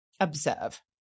Observe